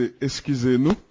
excusez-nous